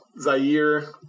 Zaire